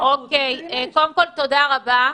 תודה רבה.